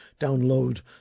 download